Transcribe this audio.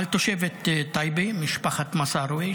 על תושבת טייבה ממשפחת מסארווה,